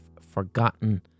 forgotten